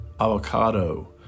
avocado